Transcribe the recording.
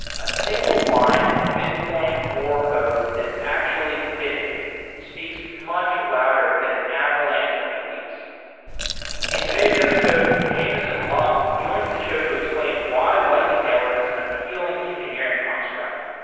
a single line of bitcoin core code that is actually committed speaks much louder than an avalanche of tweets in today's episode, jameson lopp joins the show to explain why lightning network is an appealing engineering construct.